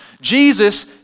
Jesus